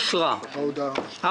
הצבעה בעד ההודעה רוב ההודעה אושרה.